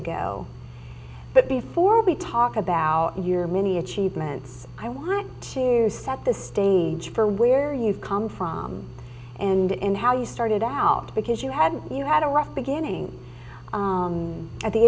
but before we talk about your many achievements i want to set the stage for where you come from and how you started out because you had you had a rough beginning and at the